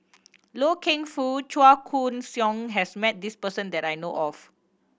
Loy Keng Foo Chua Koon Siong has met this person that I know of